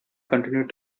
continued